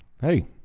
Hey